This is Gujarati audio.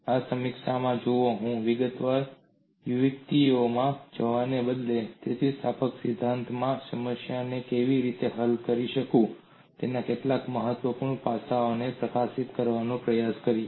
આ સમીક્ષામાં જુઓ હું વિગતવાર વ્યુત્પત્તિઓમાં જવાને બદલે સ્થિતિસ્થાપકતાના સિદ્ધાંતમાં સમસ્યાને કેવી રીતે હલ કરી શકું તેના કેટલાક મહત્વપૂર્ણ પાસાઓને પ્રકાશિત કરવાનો પ્રયાસ કરીશ